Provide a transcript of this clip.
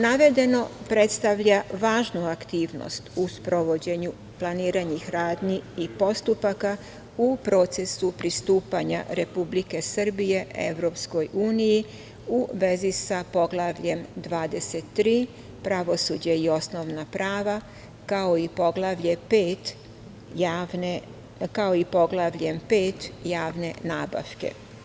Navedeno predstavlja važnu aktivnost u sprovođenju planiranih radnji i postupaka u procesu pristupanja Republike Srbije Evropskoj uniji, u vezi sa poglavljem 23 „Pravosuđe i osnovna prava“, kao i poglavljem pet „Javne nabavke“